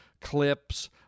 clips